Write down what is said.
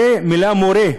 הרי המילה "מורה",